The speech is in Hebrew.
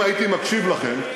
אם הייתי מקשיב לכם,